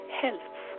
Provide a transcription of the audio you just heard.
health